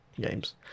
games